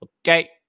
Okay